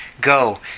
Go